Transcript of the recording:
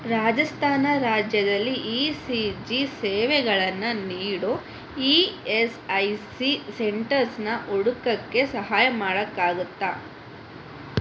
ರಾಜಸ್ಥಾನ ರಾಜ್ಯದಲ್ಲಿ E C G ಸೇವೆಗಳನ್ನು ನೀಡೋ ಇ ಎಸ್ ಐ ಸಿ ಸೆಂಟರ್ಸನ್ನು ಹುಡ್ಕೋಕ್ಕೆ ಸಹಾಯ ಮಾಡೋಕ್ಕಾಗತ್ತಾ